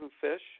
Fish